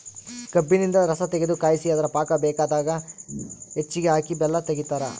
ಕಬ್ಬಿನಿಂದ ರಸತಗೆದು ಕಾಯಿಸಿ ಅದರ ಪಾಕ ಬೇಕಾದ ಹೆಚ್ಚಿಗೆ ಹಾಕಿ ಬೆಲ್ಲ ತೆಗಿತಾರ